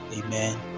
amen